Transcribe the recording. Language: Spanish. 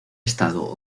estado